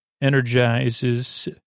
energizes